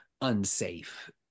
unsafe